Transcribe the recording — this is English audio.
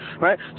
Right